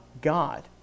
God